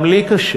גם לי קשה.